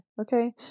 okay